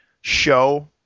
Show